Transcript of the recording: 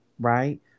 right